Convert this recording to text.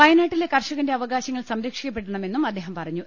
വയനാട്ടിലെ കർഷകന്റെ അവകാശങ്ങൾ സംരക്ഷിക്കപ്പെടണ മെന്നും അദ്ദേഹം പറഞ്ഞു